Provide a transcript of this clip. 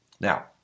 Now